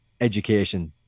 education